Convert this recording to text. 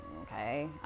okay